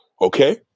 Okay